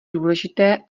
důležité